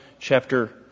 chapter